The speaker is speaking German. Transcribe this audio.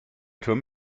turm